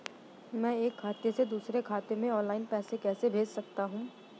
मैं एक खाते से दूसरे खाते में ऑनलाइन पैसे कैसे भेज सकता हूँ?